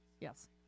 Yes